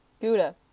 Gouda